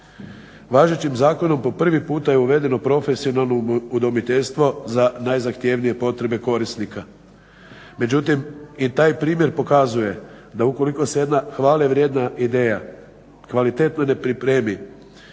prvi puta je uvedeno profesionalno udomiteljstvo za najzahtjevnije potrebe korisnika. Međutim, i taj primjer pokazuje da ukoliko se jedna hvale vrijedna ideja, kvalitetno ne pripremi,